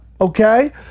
Okay